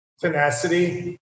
tenacity